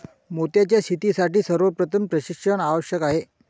मोत्यांच्या शेतीसाठी सर्वप्रथम प्रशिक्षण आवश्यक आहे